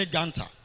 Ganta